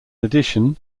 addition